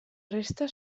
resta